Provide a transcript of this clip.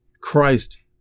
Christ